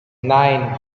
nine